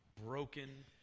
broken